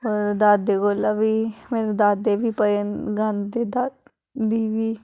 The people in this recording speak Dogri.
दादे कोला बी मेरे दादे बी भजन गांदे दादी बी